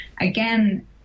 again